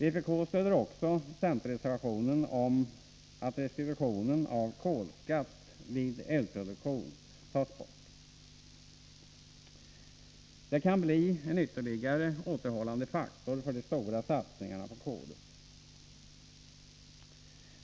Vpk stöder också centerreservationen om att restitutionen av kolskatt vid elproduktion tas bort. Det kan bli ytterligare en återhållande faktor när det gäller stora satsningar på kol.